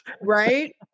Right